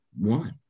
one